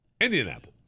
Indianapolis